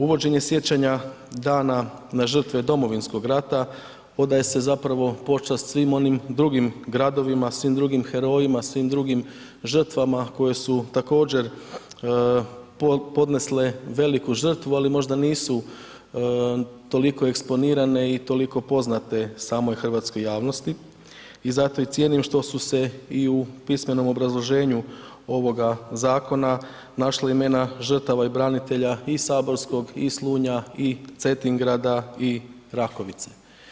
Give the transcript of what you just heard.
Uvođenje sjećanja dana na žrtve Domovinskog rata, odaje se zapravo počast svim onim drugim gradovima, svim drugim herojima, svim drugim žrtvama koje su također podnesle veliku žrtvu ali možda nisu toliko eksponirane i toliko poznate samoj hrvatskoj javnosti i zato i cijenim što su se i u pismenom obrazloženju ovoga zakona našle imena žrtava i branitelja i Saborskog i Slunja i Cetingrada i Rakovice.